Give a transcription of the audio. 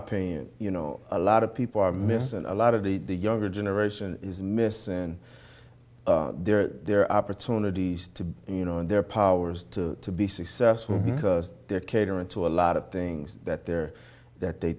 opinion you know a lot of people are missing a lot of the the younger generation is miss and they're there opportunities to be you know in their powers to be successful because they're catering to a lot of things that they're that they